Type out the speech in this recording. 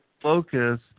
focus